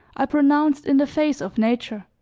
i pronounced in the face of nature,